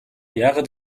яагаад